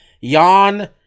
Yan